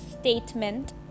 statement